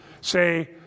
say